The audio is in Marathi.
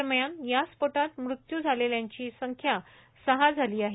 दरम्यान या स्फोटात मृत्यू झालेल्यांची संख्या सहा झाली आहे